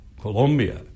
Colombia